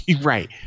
Right